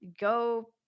go